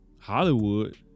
hollywood